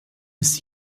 ist